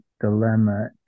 dilemma